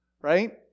right